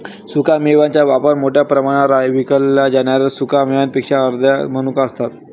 सुक्या मेव्यांचा वापर मोठ्या प्रमाणावर आहे विकल्या जाणाऱ्या सुका मेव्यांपैकी अर्ध्या मनुका असतात